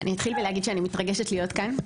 אני אתחיל בלהגיד שאני מתרגשת להיות כאן.